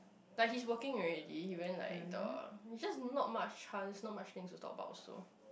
like he's working already he went like the it's just not much chance not much things to talk about also